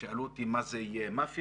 שאלו אותי, מה, זה מאפיה?